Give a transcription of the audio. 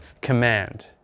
command